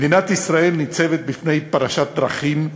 מדינת ישראל ניצבת בפני פרשת דרכים,